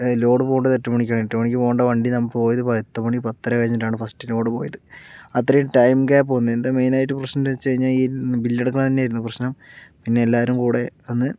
load പോകേണ്ടത് എട്ടുമണിക്കാണ് എട്ടുമണിക്ക് പോകേണ്ട വണ്ടി പോയത് പത്തുമണി പത്തര കഴിഞ്ഞിട്ടാണ് ഫസ്റ്റ് ലോഡ് പോയത് അത്രയും ടൈം ഗ്യാപ്പ് വന്നു എന്താ മെയിനായിട്ട് പ്രശ്നമെന്ന് വെച്ച് കഴിഞ്ഞാൽ ഈ ബില്ലെടുക്കുന്നതു തന്നെയായിരുന്നു പ്രശ്നം പിന്നെ എല്ലാവരും കൂടി അന്ന്